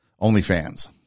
OnlyFans